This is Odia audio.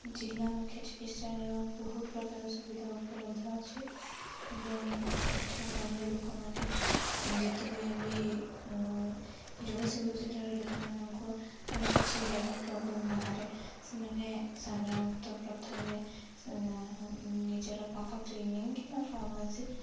ଜିଲ୍ଲା ମୁଖ୍ୟ ଚିକିତ୍ସାଳୟ ବହୁତ ପ୍ରକାର ସୁବିଧା ଉପଲବ୍ଧ ଅଛି ଏବଂ ଏଠାକାର ଲୋକମାନେ ଯେତେବେଳେ ବି ଜଗତସିଂହପୁର ଜିଲ୍ଲାର ଲୋକମାନଙ୍କ କିଛି ହେଲ୍ଥ ପ୍ରୋବ୍ଲେମ୍ ବାହାରେ ସେମାନେ ସାଧାରଣତଃ ପ୍ରଥମେ ନିଜର ପାଖ କ୍ଲିନିିକ୍ କିମ୍ବା ଫାର୍ମାସି